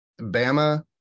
Bama